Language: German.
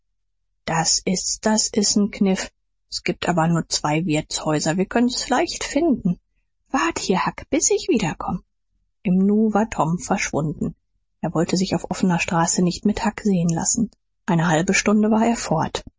das ist's das ist n kniff s gibt aber nur zwei wirtshäuser wir können's leicht finden wart hier huck bis ich wiederkomm im nu war tom verschwunden er wollte sich auf offener straße nicht mit huck sehen lassen eine halbe stunde war er fort